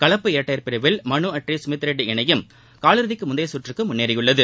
கலப்பு இரட்டையர் பிரிவில் மனுஅட்ரி சுமித்ரெட்டி இணையும் காலிறுதிக்கு முந்தைய கற்றக்கு முன்னேறியுள்ளது